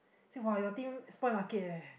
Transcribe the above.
he say !wah! your team spoil market eh